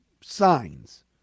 signs